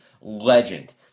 legend